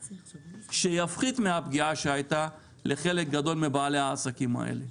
שיפחית מהפגיעה שהייתה לחלק גדול מבעלי העסקים האלה.